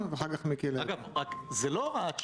מהלך קריטי